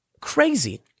crazy